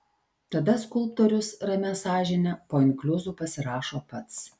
tada skulptorius ramia sąžine po inkliuzu pasirašo pats